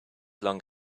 long